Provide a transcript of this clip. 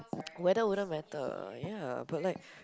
weather wouldn't matter ya but like